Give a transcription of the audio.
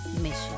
mission